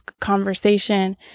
conversation